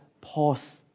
pause